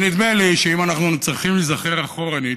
נדמה לי שאם אנחנו צריכים להיזכר אחורנית,